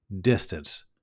distance